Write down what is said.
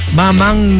mamang